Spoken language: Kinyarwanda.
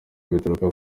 buturuka